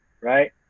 right